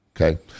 Okay